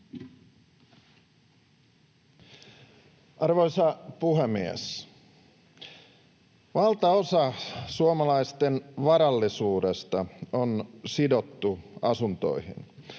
Arvoisa puhemies! Valtaosa suomalaisten varallisuudesta on sidottu asuntoihin.